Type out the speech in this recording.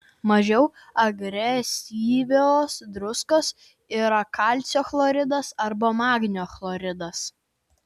mažiau agresyvios druskos yra kalcio chloridas arba magnio chloridas